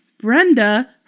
Brenda